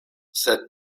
sed